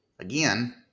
Again